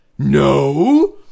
No